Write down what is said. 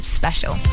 special